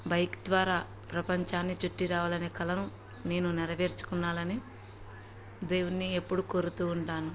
bike ద్వారా ప్రపంచాన్ని చుట్టి రావాలనే కలను నేను నెరవేర్చుకోవాలని దేవుడిని ఎప్పుడూ కోరుతూ ఉంటాను